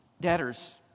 debtors